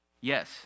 Yes